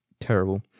terrible